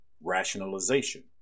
rationalization